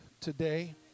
today